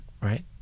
right